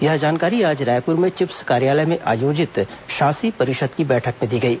यह जानकारी आज रायपुर में चिप्स कार्यालय में आयोजित शासी परिषद की बैठक में दी गई